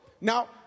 now